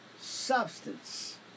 substance